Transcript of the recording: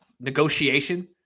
negotiation